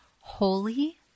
holy